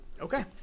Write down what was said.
Okay